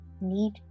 need